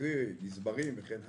קרי: גזברים וכן הלאה,